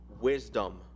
Wisdom